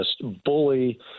bully